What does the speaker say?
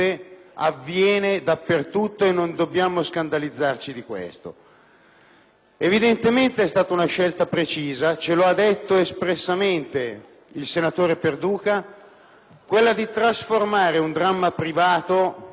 Evidentemente, è stata una scelta precisa, come ci ha detto espressamente il senatore Perduca, quella di trasformare un dramma privato in una crociata, giusta o sbagliata che sia,